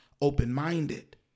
open-minded